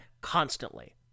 constantly